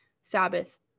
sabbath